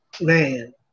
Man